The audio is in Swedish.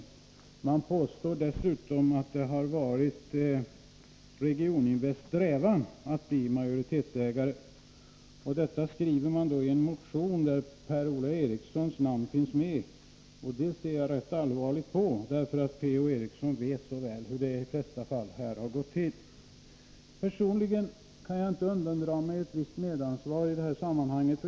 Motionärerna påstår dessutom att det har varit Regioninvests strävan att bli majoritetsägare. Detta skrivs i en motion där Per-Ola Erikssons namn finns med. Det ser jag allvarligt på. Per-Ola Eriksson vet mycket väl hur det i de flesta fall har gått till! Personligen kan jag inte undandra mig ett visst medansvar i sammanhanget.